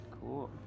Cool